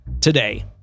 today